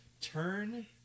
turn